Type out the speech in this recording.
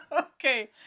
Okay